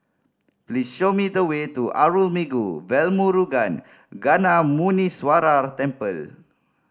please show me the way to Arulmigu Velmurugan Gnanamuneeswarar Temple